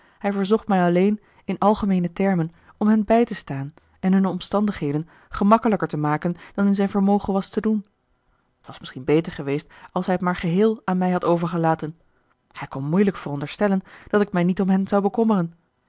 hij verzocht mij alleen in algemeene termen om hen bij te staan en hunne omstandigheden gemakkelijker te maken dan in zijn vermogen was te doen t was misschien beter geweest als hij t maar geheel aan mij had overgelaten hij kon moeilijk veronderstellen dat ik mij niet om hen zou bekommeren